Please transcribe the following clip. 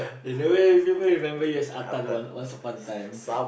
in a way people remember you as Ah-Tan Once Upon a Time